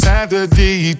Saturday